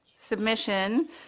submission